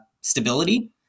stability